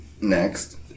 next